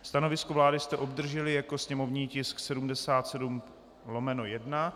Stanovisko vlády jste obdrželi jako sněmovní tisk 77/1.